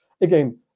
again